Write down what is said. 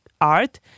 art